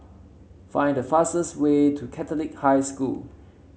find the fastest way to Catholic High School